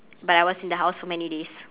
but I was in the house for many days